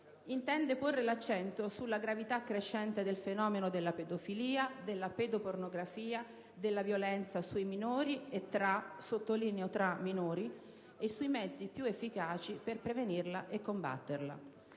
intende porre l'accento sulla gravità crescente del fenomeno della pedofilia, della pedopornografia, della violenza sui minori e tra (sottolineo «tra») minori, e sui mezzi più efficaci per prevenirla e combatterla.